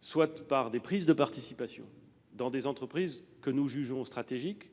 soit par des prises de participation dans des entreprises que nous jugeons stratégiques